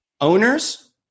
Owners